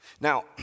Now